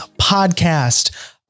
podcast